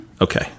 Okay